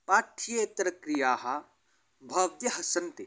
पाठ्येतरक्रियाः बह्व्यः सन्ति